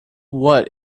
what